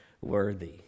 worthy